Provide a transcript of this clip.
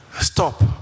stop